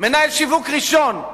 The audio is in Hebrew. מנהל שיווק ראשון,